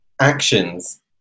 actions